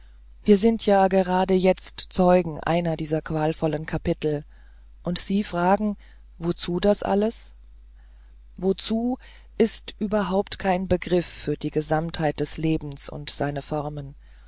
wir sind ja gerade jetzt zeugen einer dieser qualvollen kapitel und sie fragen wozu das alles wozu ist überhaupt kein begriff für die gesamtheit des lebens und seine formen